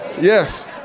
Yes